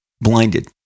blinded